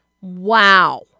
Wow